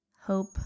Hope